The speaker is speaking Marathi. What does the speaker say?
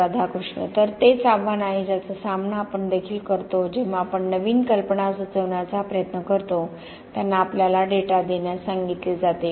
राधाकृष्ण तर तेच आव्हान आहे ज्याचा सामना आपण देखील करतो जेव्हा आपण नवीन कल्पना सुचवण्याचा प्रयत्न करतो त्यांना आपल्याला डेटा देण्यास सांगितले जाते